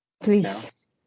Please